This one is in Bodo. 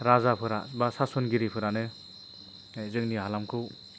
राजाफोरा बा सासनगिरिफोरानो जोंनि हालामखौ